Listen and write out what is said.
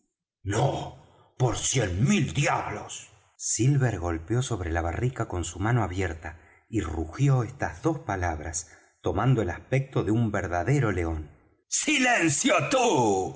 no por cien mil diablos silver golpeó sobre la barrica con su mano abierta y rugió estas dos palabras tomando el aspecto de un verdadero león silencio tú